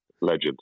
Legend